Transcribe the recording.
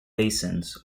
basins